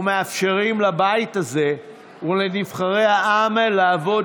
ומאפשרים לבית הזה ולנבחרי העם לעבוד